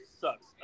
sucks